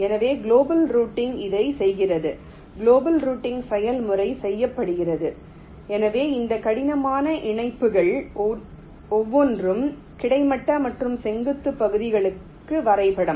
எனவே global routing இதைச் செய்கிறது குளோபல் ரூட்டிங் செயல்முறை செய்யப்படுகிறது எனவே இந்த கடினமான இணைப்புகள் ஒவ்வொன்றும் கிடைமட்ட மற்றும் செங்குத்து பகுதிகளுக்கு வரைபடம்